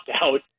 out